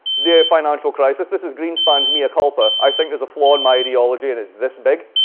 the financial crisis. this is greenspan's mea culpa. i think there's a flaw in my ideology, and it's this big.